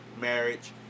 marriage